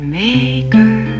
maker